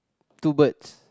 two birds